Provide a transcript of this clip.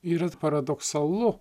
yra paradoksalu